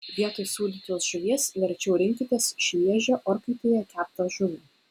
vietoj sūdytos žuvies verčiau rinkitės šviežią orkaitėje keptą žuvį